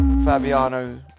Fabiano